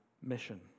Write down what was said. mission